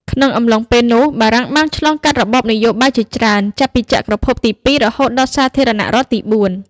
ក្នុងអំឡុងពេលនោះ បារាំងបានឆ្លងកាត់របបនយោបាយជាច្រើន ចាប់ពីចក្រភពទីពីរ រហូតដល់សាធារណរដ្ឋទីបួន។